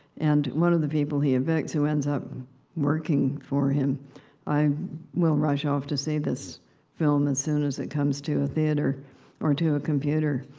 and one of the people he evicts, who ends up working for him i will rush off to see this film as soon as it comes to a theater or to a computer,